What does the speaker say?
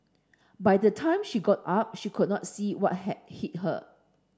by the time she got up she could not see what had hit her